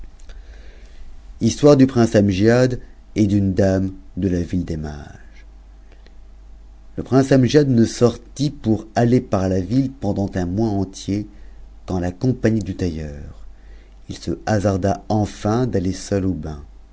histoire bu prince amgtad et d'une dame de la ville des mages le prince amgiad ne sortit pour aller par la ville pendant un mois er qu'en la compagnie du tailleur il se hasarda enfin d'aller seul au bain